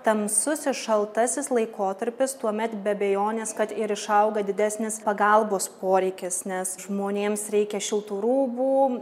tamsusis šaltasis laikotarpis tuomet be abejonės kad ir išauga didesnis pagalbos poreikis nes žmonėms reikia šiltų rūbų